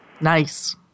Nice